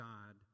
God